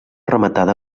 rematada